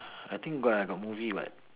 I think got ah got movie [what]